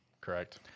correct